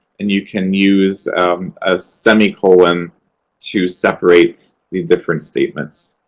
and you can use a semicolon to separate the different statements.